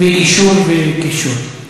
וגישור ופישור.